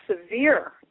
severe